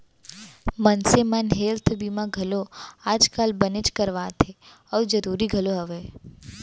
मनसे मन हेल्थ बीमा घलौ आज काल बनेच करवात हें अउ जरूरी घलौ हवय